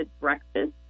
breakfast